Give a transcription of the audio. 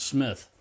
Smith